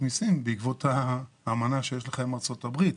מיסים בעקבות האמנה שיש לך עם ארצות הברית.